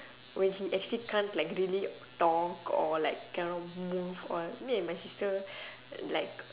when he actually can't like really talk or like cannot move or me and my sister like